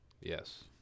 Yes